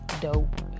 dope